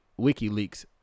WikiLeaks